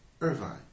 Irvine